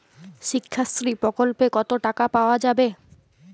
শিক্ষাশ্রী প্রকল্পে কতো টাকা পাওয়া যাবে?